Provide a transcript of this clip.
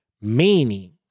Meaning